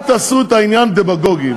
בוא, אל תעשו את העניין דמגוגי.